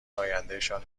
آیندهشان